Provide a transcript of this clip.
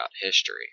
history